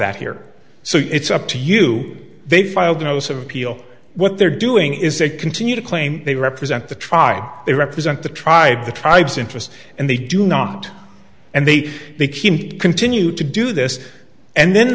that here so it's up to you they filed a notice of appeal what they're doing is they continue to claim they represent the tribe they represent the tribe the tribes interest and they do not and they continue to do this and then